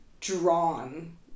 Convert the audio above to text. drawn